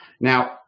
Now